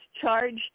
charged